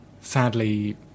sadly